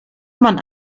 man